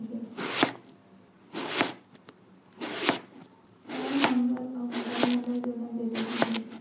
हव नंबर अउ mobile number जोड़ना जरूरी हे?